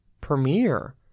premiere